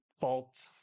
fault